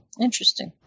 interesting